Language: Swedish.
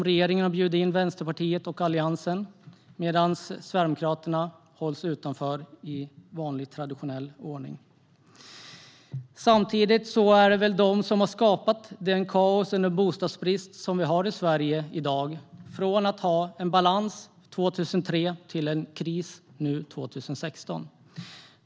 Regeringen har bjudit in Vänsterpartiet och Alliansen till dessa samtal, medan Sverigedemokraterna i vanlig traditionell ordning hålls utanför. Men det är dessa partier som har skapat det kaos med bostadsbrist som vi har i Sverige i dag. Från att vi hade en balans 2003 har vi en kris nu 2016.